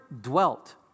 dwelt